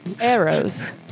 Arrows